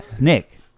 Nick